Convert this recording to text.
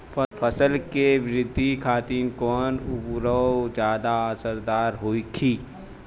फसल के वृद्धि खातिन कवन उर्वरक ज्यादा असरदार होखि?